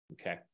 okay